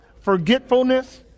Forgetfulness